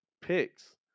picks